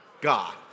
God